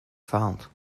fund